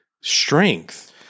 strength